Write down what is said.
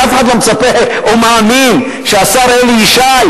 הרי אף אחד לא מצפה או מאמין שהשר אלי ישי,